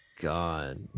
God